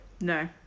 No